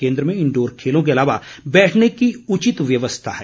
केन्द्र में इनडोर खेलों के अलावा बैठने की उचित व्यवस्था है